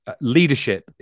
leadership